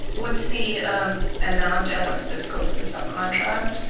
what's the amount, and what's the scope of the subcontract?